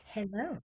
Hello